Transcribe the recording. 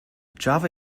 java